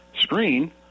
screen